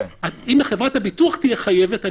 אם חברת הביטוח תהיה חייבת,